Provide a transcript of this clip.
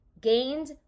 gained